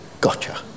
gotcha